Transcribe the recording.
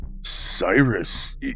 Cyrus